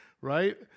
right